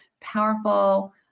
powerful